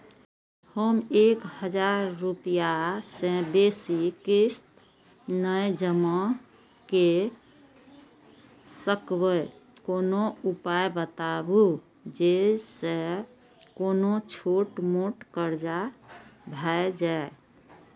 हम एक हजार रूपया से बेसी किस्त नय जमा के सकबे कोनो उपाय बताबु जै से कोनो छोट मोट कर्जा भे जै?